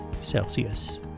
Celsius